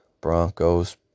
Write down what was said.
Broncos